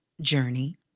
journey